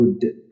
good